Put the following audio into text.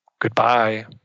Goodbye